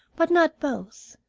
but not both.